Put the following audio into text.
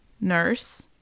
nurse